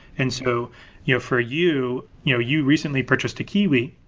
and so you know for you, you know you recently purchased a kiwi.